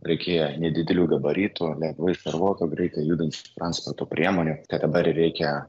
reikėjo nedidelių gabaritų lengvai šarvuotų greitai judančių transporto priemonių tai dabar reikia